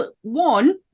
One